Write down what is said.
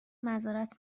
معذرت